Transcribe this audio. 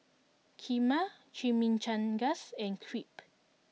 Kheema Chimichangas and Crepe